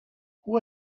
hoe